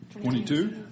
Twenty-two